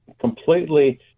completely